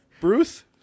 Bruce